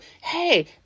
Hey